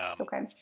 Okay